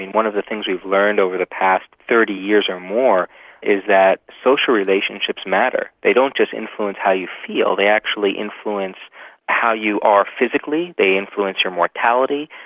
and one of the things we've learned over the past thirty years or more is that social relationships matter, they don't just influence how you feel, they actually influence how you are physically, they influence your mortality.